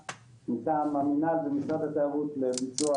מטעם המינהל ומשרד התיירות לביצוע